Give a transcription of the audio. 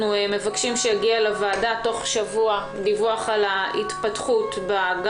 אנחנו מבקשים שיגיע לוועדה תוך שבוע דיווח על ההתפתחות גם